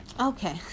okay